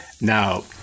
Now